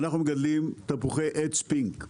אנחנו מגדלים תפוחי עץ פינק.